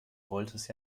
wolltest